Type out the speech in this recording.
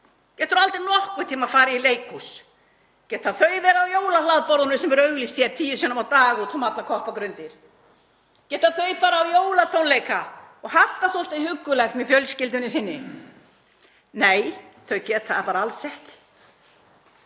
getur aldrei nokkurn tíma farið í leikhús. Geta þau verið á jólahlaðborðunum sem eru auglýst hér tíu sinnum á dag úti um allar koppagrundir? Geta þau farið á jólatónleika og haft það svolítið huggulegt með fjölskyldunni sinni? Nei, þau geta það alls ekki.